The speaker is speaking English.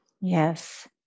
Yes